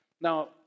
Now